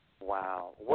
wow